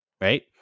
Right